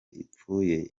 ipfuye